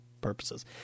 purposes